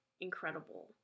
incredible